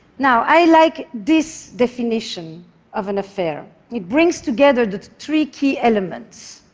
now, i like this definition of an affair it brings together the three key elements